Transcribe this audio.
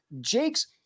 Jake's